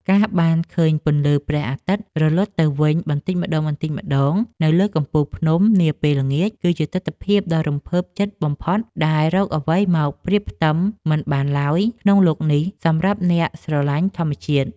ការបានឃើញពន្លឺព្រះអាទិត្យរលត់ទៅវិញបន្តិចម្ដងៗនៅលើកំពូលភ្នំនាពេលល្ងាចគឺជាទិដ្ឋភាពដ៏រំភើបចិត្តបំផុតដែលរកអ្វីមកប្រៀបផ្ទឹមមិនបានឡើយក្នុងលោកនេះសម្រាប់អ្នកស្រឡាញ់ធម្មជាតិ។